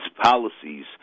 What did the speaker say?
policies—